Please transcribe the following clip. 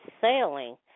Sailing